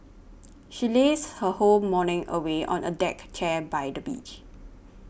she lazed her whole morning away on a deck chair by the beach